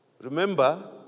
Remember